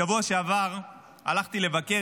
בשבוע שעבר הלכתי לבקר,